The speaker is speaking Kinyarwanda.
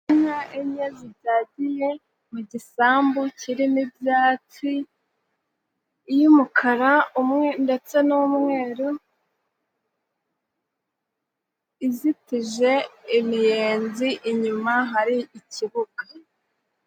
Inka enye zibyagiye mu gisambu kirimo ibyatsi iy'umukara ndetse n'umweru, izitije imiyenzi, inyuma hari ikibuga.